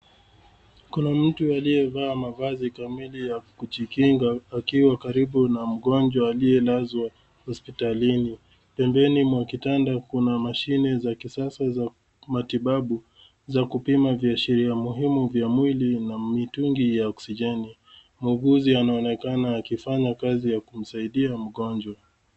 Kuna mtu aliyevaa mavazi kamili ya kujikinga akiwa karibu na mgonjwa aliyelazwa hospitalini. Pembeni mwa kitanda kuna mashine za kisasa za matibabu za kupima viashiria muhimu vya mwili na mitungi ya oksijeni. Muuguzi anaonekana akifanya kazi ya kumsaidia mgonjwa.